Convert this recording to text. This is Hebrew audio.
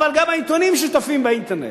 אבל גם העיתונים שותפים באינטרנט.